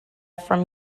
from